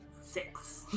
Six